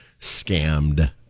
scammed